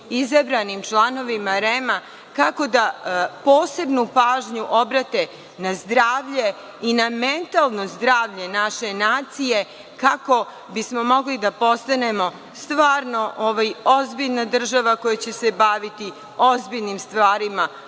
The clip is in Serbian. izabranim članovima REM-a kako da posebnu pažnju obrate na zdravlje i na mentalno zdravlje naše nacije, kako bismo mogli da postanemo ozbiljna država koja će se baviti ozbiljnim stvarima,